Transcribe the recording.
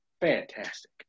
fantastic